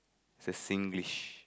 is a Singlish